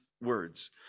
words